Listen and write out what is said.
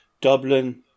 Dublin